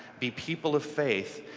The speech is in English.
be people of faith,